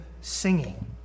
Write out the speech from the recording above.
singing